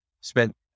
spent